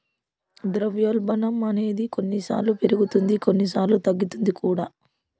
ద్రవ్యోల్బణం అనేది కొన్నిసార్లు పెరుగుతుంది కొన్నిసార్లు తగ్గుతుంది కూడా